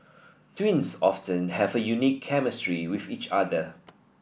twins often have a unique chemistry with each other